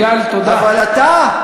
אבל אתה?